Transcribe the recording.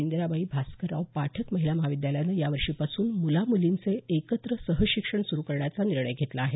इंदिराबाई भास्करराव पाठक महिला महाविद्यालयानं यावर्षीपासून मुलां मुलींचे एकत्र सहशिक्षण सुरू करण्याचा निर्णय घेतला आहे